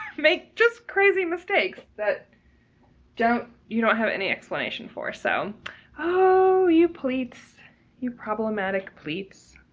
make just crazy mistakes that don't you don't have any explanation for so oh you pleats you problematic pleats